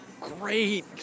great